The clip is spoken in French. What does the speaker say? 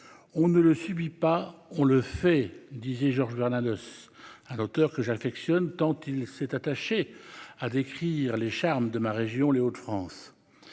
on ne le subit pas, on le fait, disait Georges Bernanos à l'auteur que j'affectionne tant il s'est attaché à décrire les charmes de ma région, les Hauts-de-France